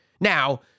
Now